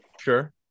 Sure